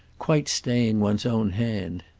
quite staying one's own hand.